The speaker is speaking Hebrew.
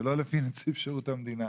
ולא לפי נציב שירות המדינה,